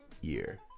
year